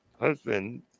husband